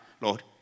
Lord